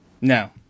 No